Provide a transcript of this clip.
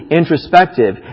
introspective